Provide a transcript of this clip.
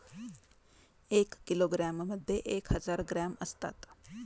एक किलोग्रॅममध्ये एक हजार ग्रॅम असतात